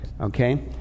okay